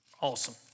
Awesome